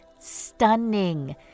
stunning